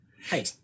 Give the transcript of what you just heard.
Hey